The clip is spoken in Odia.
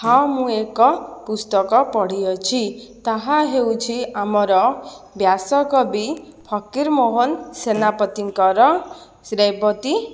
ହଁ ମୁଁ ଏକ ପୁସ୍ତକ ପଢ଼ି ଅଛି ତାହା ହେଉଛି ଆମର ବ୍ୟାସକବି ଫକୀରମୋହନ ସେନାପତିଙ୍କର ରେବତୀ